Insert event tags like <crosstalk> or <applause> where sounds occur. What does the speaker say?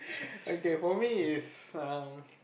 <breath> okay for me it's um